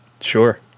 sure